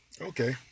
Okay